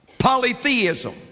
polytheism